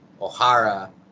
O'Hara